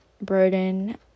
burden